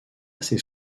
ses